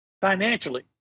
financially